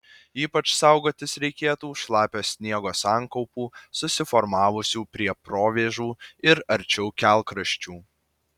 ypač saugotis reikėtų šlapio sniego sankaupų susiformavusių prie provėžų ir arčiau kelkraščių